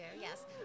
yes